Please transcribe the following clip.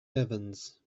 evans